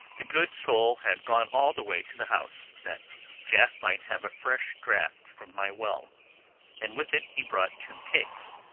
the good soul had gone all the way to the house, that jaf might have a fresh draught from my well and with it he brought two cakes,